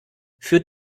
führt